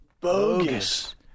Bogus